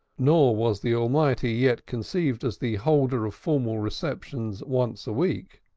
nor was the almighty yet conceived as the holder of formal receptions once a week.